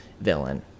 villain